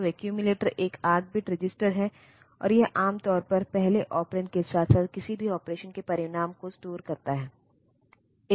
तो एक्यूमुलेटरएक 8 bit register है और यह आम तौर पर पहले ऑपरेंड के साथ साथ किसी भी ऑपरेशनOperation के परिणाम को स्टोर करता है